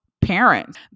parents